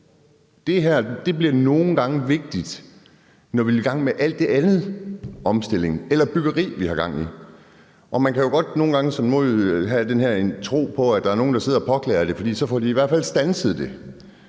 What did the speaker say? Det her bliver nogle gange vigtigt, når vi vil i gang med alt det andet omstilling eller byggeri, vi har gang i. Man kan jo godt nogle gange som nordjyde have den her tro på, at der er nogle, der sidder og påklager det, fordi de i hvert fald så får standset det.